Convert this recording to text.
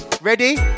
Ready